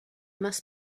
must